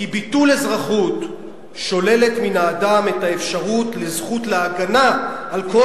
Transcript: כי ביטול אזרחות שולל מן האדם את האפשרות לזכות להגנה על כל